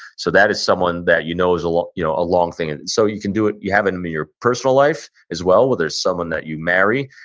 so, that is someone that you know is a long you know long thing and so, you can do it. you have it in your personal life as well where there's someone that you marry.